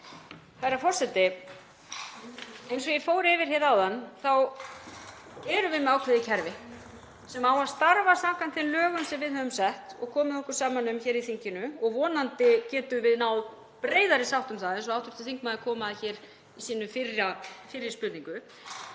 Herra forseti. Eins og ég fór yfir hér áðan þá erum við með ákveðið kerfi sem á að starfa samkvæmt þeim lögum sem við höfum sett og komið okkur saman um hér í þinginu og vonandi getum við náð breiðari sátt um það eins og hv. þingmaður kom að í sinni fyrri spurningu.